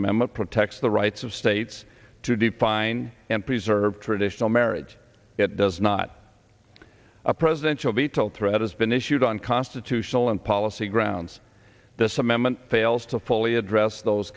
amendment protects the rights of states to define and preserve traditional marriage it does not a presidential veto threat has been issued on constitutional and policy grounds this amendment fails to fully address those